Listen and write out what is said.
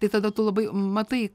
tai tada tu labai matai